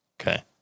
Okay